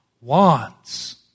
wants